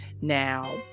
Now